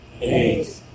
eight